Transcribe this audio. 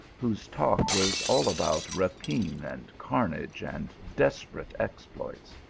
whose talk was all about rapine, and carnage, and desperate exploits.